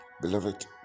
Beloved